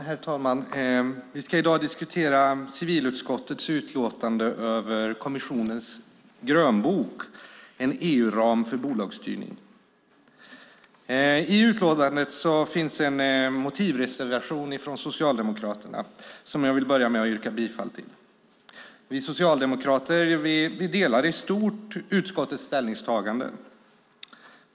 Herr talman! Vi ska i dag diskutera civilutskottets utlåtande över kommissionens grönbok En EU-ram för bolagsstyrning . I utlåtandet finns en motivreservation från Socialdemokraterna som jag vill börja med att yrka bifall till. Vi socialdemokrater delar i stort utskottets ställningstaganden.